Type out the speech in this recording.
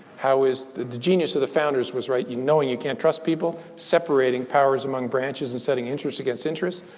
how is the the genius of the founders was right in knowing you can't trust people, separating powers among branches, and setting interest against interest.